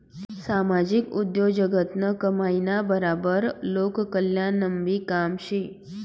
सामाजिक उद्योगजगतनं कमाईना बराबर लोककल्याणनंबी काम शे